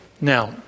Now